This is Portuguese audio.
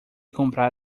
comprar